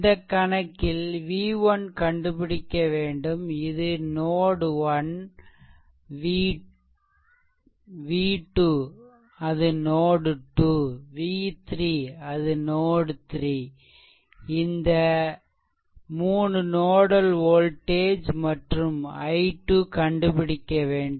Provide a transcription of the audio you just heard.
இந்த கணக்கில் v1 கண்டுபிடிக்க வேண்டும் இது நோட்1 v2 அது நோட்2 v3 அது நோட்3 இந்த 3 நோடல் வோல்டேஜ் மற்றும் i2 கண்டுபிடிக்க வேண்டும்